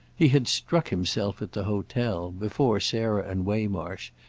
he had struck himself at the hotel, before sarah and waymarsh,